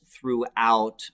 throughout